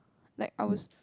like our